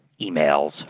emails